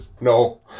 No